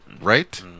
Right